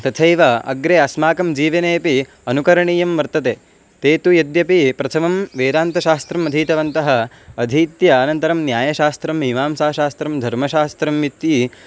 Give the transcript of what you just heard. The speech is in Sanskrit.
तथैव अग्रे अस्माकं जीवने अपि अनुकरणीयं वर्तते ते तु यद्यपि प्रथमं वेदान्तशास्त्रम् अधीतवन्तः अधीत्य अनन्तरं न्यायशास्त्रं मीमांसाशास्त्रं धर्मशास्त्रम् इति